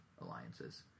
alliances